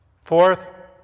Fourth